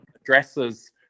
addresses